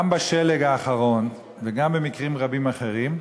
גם בשלג האחרון וגם במקרים רבים אחרים,